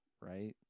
right